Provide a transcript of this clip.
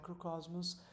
microcosmos